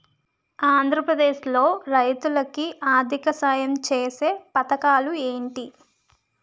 ఆంధ్రప్రదేశ్ లో రైతులు కి ఆర్థిక సాయం ఛేసే పథకాలు ఏంటి?